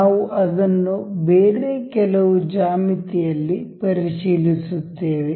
ನಾವು ಅದನ್ನು ಬೇರೆ ಕೆಲವು ಜ್ಯಾಮಿತಿಯಲ್ಲಿ ಪರಿಶೀಲಿಸುತ್ತೇವೆ